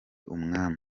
umwami